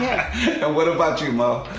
and what about you, mo?